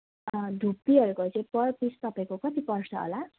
धुप्पीहरूको चाहिँ per piece तपाईँको कति पर्छ होला